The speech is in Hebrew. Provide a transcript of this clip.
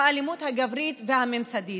האלימות הגברית והממסדית,